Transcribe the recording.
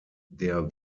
der